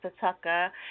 Tucker